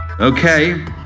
Okay